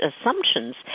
assumptions